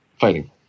Fighting